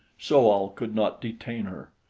so-al could not detain her.